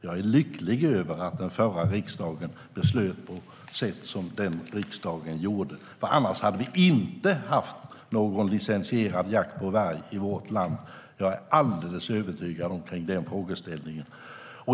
Jag är lycklig över att den förra riksdagen beslutade på det sätt som den gjorde. Annars hade vi inte haft någon licensierad jakt på varg i vårt land. Jag är alldeles övertygad om det.